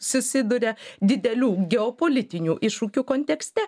susiduria didelių geopolitinių iššūkių kontekste